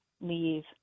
leave